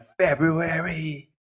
February